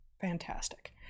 fantastic